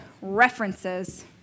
references